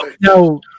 No